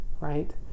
right